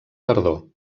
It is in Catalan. tardor